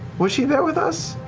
was she there with us?